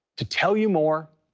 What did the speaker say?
to tell you more,